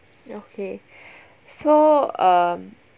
okay so um